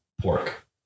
pork